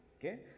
Okay